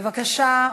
בבקשה.